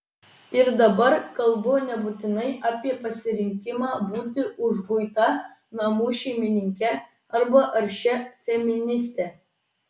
ir dabar kalbu nebūtinai apie pasirinkimą būti užguita namų šeimininke arba aršia feministe